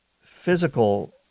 physical